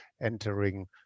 entering